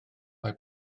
mae